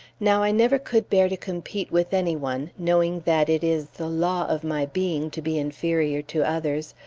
now i never could bear to compete with any one, knowing that it is the law of my being to be inferior to others,